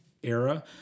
Era